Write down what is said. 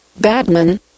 Batman